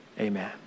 amen